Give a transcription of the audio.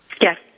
Yes